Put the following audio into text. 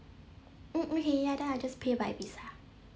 mm okay then I'll just pay by visa